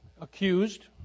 accused